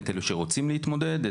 את אלה שרוצים להתמודד,